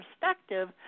perspective